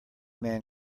man